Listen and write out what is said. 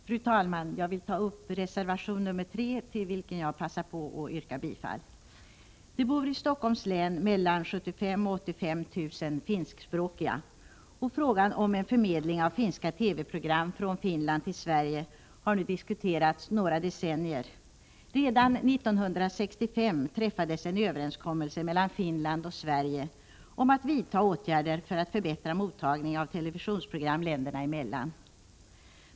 Fru talman! Jag vill ta upp reservation 3, till vilken jag passar på att yrka bifall. Det bor i Stockholms län mellan 75 000 och 85 000 finskspråkiga, och frågan om en förmedling av finska TV-program från Finland till Sverige har nu diskuterats i några decennier. Redan 1965 träffades en överenskommelse mellan Finland och Sverige om att man skulle vidta åtgärder för att förbättra mottagning av televisionsprogram länderna emellan.